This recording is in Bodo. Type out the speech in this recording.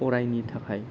अरायनि थाखाय